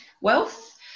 wealth